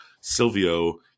Silvio